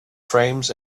frames